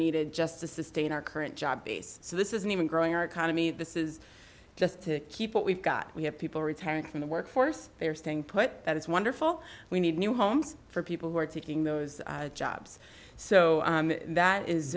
needed just to sustain our current job base so this isn't even growing our economy this is just to keep what we've got we have people retiring from the workforce they are staying put that is wonderful we need new homes for people who are taking those jobs so that is